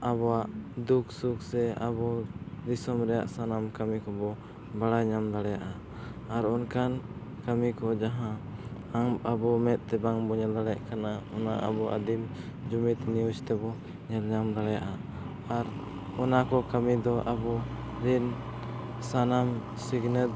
ᱟᱵᱚᱣᱟᱜ ᱫᱩᱠᱷᱼᱥᱩᱠᱷ ᱥᱮ ᱟᱵᱚ ᱫᱤᱥᱚᱢ ᱨᱮᱭᱟᱜ ᱥᱟᱱᱟᱢ ᱠᱟᱹᱢᱤ ᱠᱚᱵᱚᱱ ᱵᱟᱲᱟᱭ ᱧᱟᱢ ᱫᱟᱲᱮᱭᱟᱜᱼᱟ ᱟᱨ ᱚᱱᱠᱟᱱ ᱠᱟᱹᱢᱤᱠᱚ ᱡᱟᱦᱟᱸ ᱟᱵᱚ ᱢᱮᱫᱛᱮ ᱵᱟᱝᱵᱚᱱ ᱧᱮᱞ ᱫᱟᱲᱮᱭᱟᱜ ᱠᱟᱱᱟ ᱚᱱᱟ ᱟᱵᱚ ᱟᱫᱤᱢ ᱡᱩᱢᱤᱫ ᱱᱤᱭᱩᱡᱽ ᱛᱮᱵᱚᱱ ᱧᱮᱞ ᱧᱟᱢ ᱫᱟᱲᱮᱭᱟᱜᱼᱟ ᱟᱨ ᱚᱱᱟᱠᱚ ᱠᱟᱹᱢᱤᱫᱚ ᱟᱵᱚᱨᱮᱱ ᱥᱟᱱᱟᱢ ᱥᱤᱠᱷᱱᱟᱹᱛ